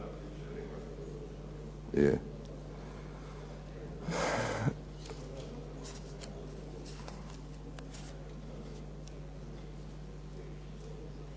Hvala.